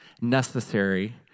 necessary